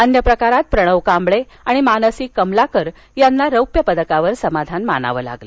अन्य प्रकारात प्रणव कांबळे आणि मानसी कमलाकर यांना रौप्य पदकावर समाधान मानावं लागलं